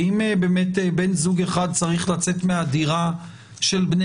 ואם באמת בן זוג אחד צריך לצאת מהדירה של בני